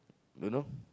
don't know